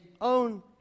own